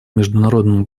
международному